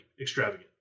extravagant